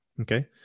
okay